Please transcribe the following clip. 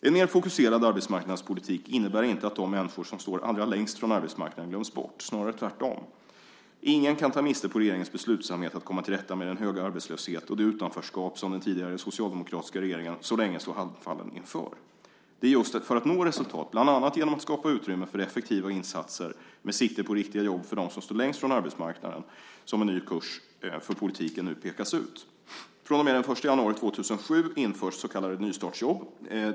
En mer fokuserad arbetsmarknadspolitik innebär inte att de människor som står allra längst från arbetsmarknaden glöms bort. Snarare tvärtom. Ingen kan ta miste på regeringens beslutsamhet att komma till rätta med den höga arbetslöshet och det utanförskap som den tidigare socialdemokratiska regeringen så länge stod handfallen inför. Det är just för att nå resultat, bland annat genom att skapa utrymme för effektiva insatser med sikte på riktiga jobb för dem som står längst från arbetsmarknaden, som en ny kurs för politiken nu pekas ut. Från och med den 1 januari 2007 införs så kallade nystartsjobb.